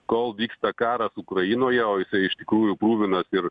kol vyksta karas ukrainoje o iš tikrųjų kruvinas ir